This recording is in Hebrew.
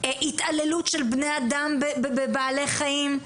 התעללות של בני אדם בבעלי חיים,